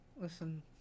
Listen